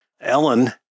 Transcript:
Ellen